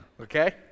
Okay